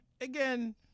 again